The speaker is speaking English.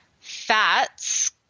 Fats